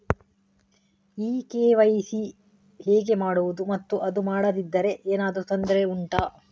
ಈ ಕೆ.ವೈ.ಸಿ ಹೇಗೆ ಮಾಡುವುದು ಮತ್ತು ಅದು ಮಾಡದಿದ್ದರೆ ಏನಾದರೂ ತೊಂದರೆ ಉಂಟಾ